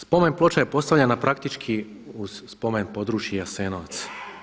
Spomen ploča je postavljena praktički uz Spomen područje Jasenovac.